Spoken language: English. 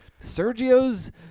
Sergio's